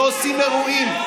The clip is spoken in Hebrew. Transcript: לא עושים אירועים,